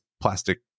plastic